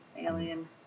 Alien